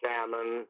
Salmon